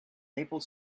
maple